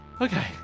Okay